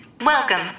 Welcome